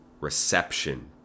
reception